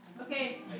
Okay